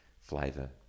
flavor